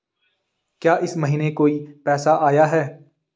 क्या इस महीने कोई पैसा आया है?